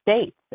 states